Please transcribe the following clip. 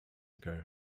ago